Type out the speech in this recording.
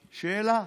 שאלה.